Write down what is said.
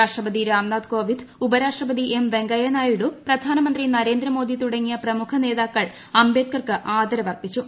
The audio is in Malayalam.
രാഷ്ട്രപതി രാംനാഥ് കോവിന്റ് ് ഉപ്രാഷ്ട്രപതി എം വെങ്കയ്യനായിഡു പ്രധാനമന്ത്രി നരേന്ദ്രമോദി നതുടങ്ങിയ പ്രമുഖ നേതാക്കൾ അംബേദ്കർക്ക് ആദരപ്പ് അർപ്പിച്ചു